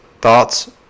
thoughts